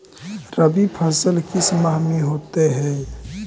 रवि फसल किस माह में होते हैं?